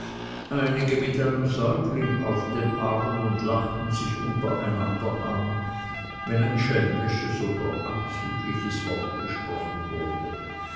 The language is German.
einige mit einem säugling auf dem arm und lachten sich untereinander an wenn ein schelmisches oder anzügliches wort gesprochen wurde